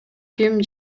ким